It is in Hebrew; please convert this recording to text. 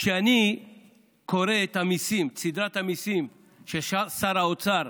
כשאני קורא את סדרת המיסים ששר האוצר,